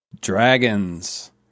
Dragons